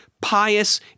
pious